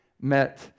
met